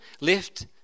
left